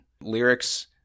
lyrics